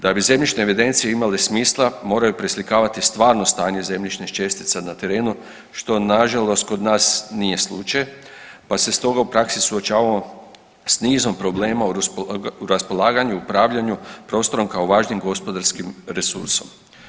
Da bi zemljišne evidencije imale smisla moraju preslikavati stvarno stanje zemljišnih čestica na terenu što nažalost kod nas nije slučaj pa se stoga u praksi suočavamo s nizom problema u raspolaganju, upravljanju prostorom kao važnim gospodarskim resursom.